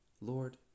Lord